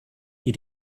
die